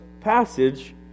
passage